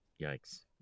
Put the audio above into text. yikes